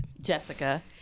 jessica